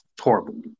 Horrible